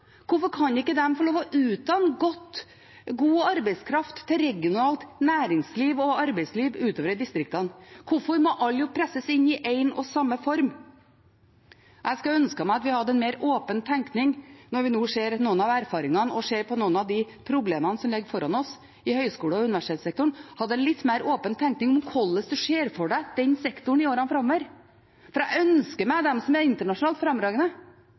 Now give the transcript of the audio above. Hvorfor kan de ikke få lov til å utdanne god arbeidskraft til regionalt næringsliv og arbeidsliv utover i distriktene? Hvorfor må alle presses inn i en og samme form? Jeg skulle ønske at vi hadde en mer åpen tenkning rundt det når vi nå ser noen av de erfaringene og noen av de problemene som ligger foran oss i høyskole- og universitetssektoren – at vi hadde hatt en litt mer åpen tenkning om hvordan en ser for seg denne sektoren i årene framover. Jeg ønsker meg dem som er internasjonalt